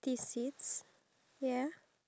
ya (uh huh)